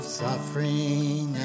suffering